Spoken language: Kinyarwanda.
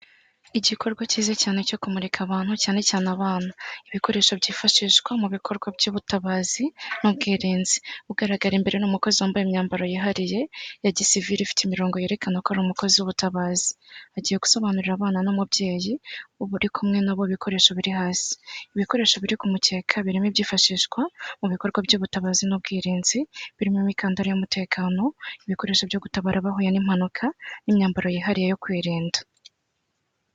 igikorwa cyiza cyane cyo kumurika abantu cyane cyane abana, bikoresho byifashishwa mu bikorwa by'ubutabazi n'ubwirinzi ugaragara imbere n'umukozi wambaye imyambaro yihariye ya gisivire ifite imirongo yerekana ko ari umukozi w'ubutabazi. Agiye gusobanurira abana n'umubyeyi uba uri kumwe n'abo bikoresho biri hasi ibikoresho biri ku mukeka birimo byifashishwa mu bikorwa by'ubutabazi n'ubwirinzi birimo imikandaro y'umutekano ibikoresho byo gutabara bahuye n'impanuka n'imyambaro yihariye yo kwirinda.